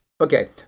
Okay